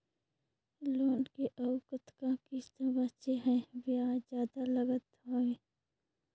Loan के अउ कतका किस्त बांचें हे? ब्याज जादा लागत हवय,